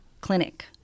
clinic